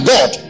God